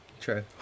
True